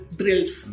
drills